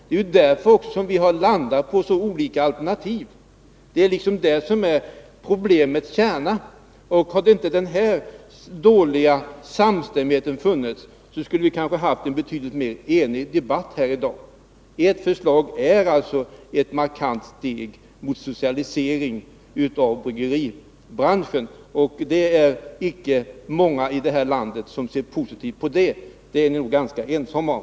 Det är också därför som vi har bestämt oss för så olika alternativ. Det är detta som är problemets kärna. Hade inte denna dåliga samstämmighet funnits, hade vi kanske haft betydligt mer enighet i debatten här i dag. Ert förslag är alltså ett markant steg mot socialisering av bryggeribranschen, och det är icke många här i landet som ser positivt på detta — det är ni nog ganska ensamma om.